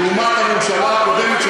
לעומת הממשלה הקודמת,